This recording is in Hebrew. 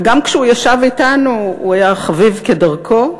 וגם כשהוא ישב אתנו הוא היה חביב כדרכו,